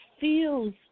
feels